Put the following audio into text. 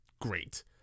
great